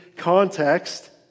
Context